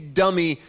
dummy